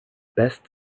best